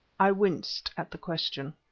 i winced at the question.